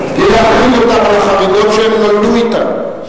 בלי להחריג אותם על החריגות שהם נולדו אתן.